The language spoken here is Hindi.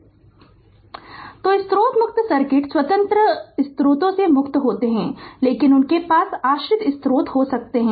Refer Slide Time 0254 तो स्रोत मुक्त सर्किट स्वतंत्र स्रोतों से मुक्त होते हैं लेकिन उनके पास आश्रित स्रोत हो सकते हैं